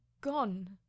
gone